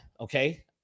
okay